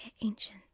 ancient